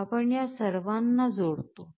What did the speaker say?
आपण या सर्वांना जोडतो